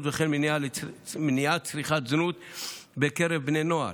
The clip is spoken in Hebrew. וכן מניעת צריכת זנות בקרב בני נוער.